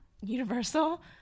universal